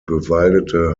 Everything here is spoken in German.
bewaldete